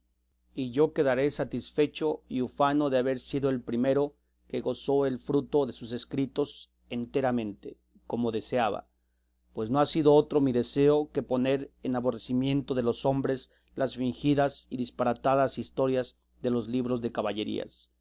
y yo quedaré satisfecho y ufano de haber sido el primero que gozó el fruto de sus escritos enteramente como deseaba pues no ha sido otro mi deseo que poner en aborrecimiento de los hombres las fingidas y disparatadas historias de los libros de caballerías